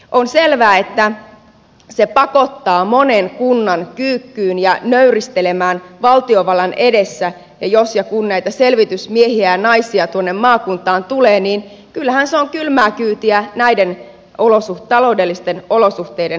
on selvää että se pakottaa monen kunnan kyykkyyn ja nöyristelemään valtiovallan edessä ja jos ja kun näitä selvitysmiehiä ja naisia tuonne maakuntaan tulee niin kyllähän se on kylmää kyytiä näiden taloudellisten olosuhteiden valossa